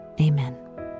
amen